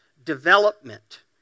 Development